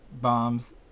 bombs